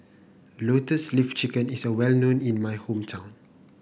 Lotus Leaf Chicken is a well known in my hometown